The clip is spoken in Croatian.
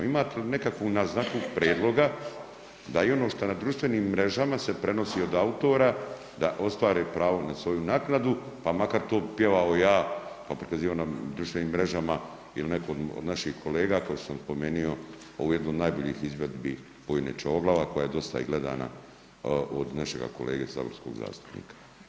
Imate li nekakvu naznaku prijedloga da i ono što na društvenim mrežama se prenosi od autora da ostvare pravo na svoju naknadu, pa makar to pjevao ja, pa prikazivao na društvenim mrežama ili neko od naših kolega kao što sam spomenuo ovu jednu od najboljih izvedbi bojne Čavoglava koja je dosta i gledana od našega kolege saborskog zastupnika?